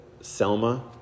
Selma